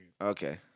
Okay